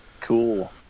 Cool